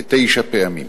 כתשע פעמים.